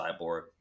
Cyborg